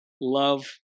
Love